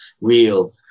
real